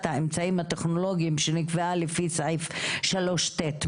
האמצעים הטכנולוגיים שנקבעה לפי סעיף 3ט,